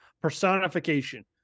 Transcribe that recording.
personification